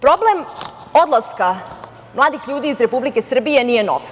Problem odlaska mladih ljudi iz Republike Srbije nije nov.